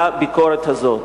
לביקורת הזאת.